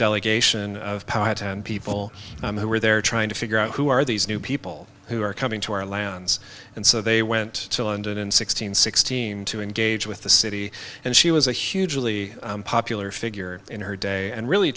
delegation of power and people who were there trying to figure out who are these new people who are coming to our lands and so they went to london sixteen sixteen to engage with the city and she was a hugely popular figure in her day and really